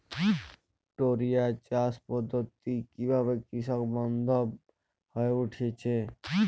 টোরিয়া চাষ পদ্ধতি কিভাবে কৃষকবান্ধব হয়ে উঠেছে?